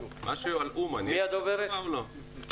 על אומן יש תשובה או לא?